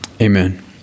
Amen